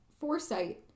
foresight